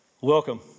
welcome